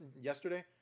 yesterday